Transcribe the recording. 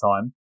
time